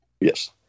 Yes